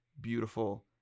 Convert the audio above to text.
beautiful